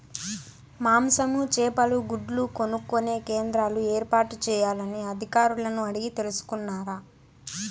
మాంసము, చేపలు, గుడ్లు కొనుక్కొనే కేంద్రాలు ఏర్పాటు చేయాలని అధికారులను అడిగి తెలుసుకున్నారా?